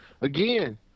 Again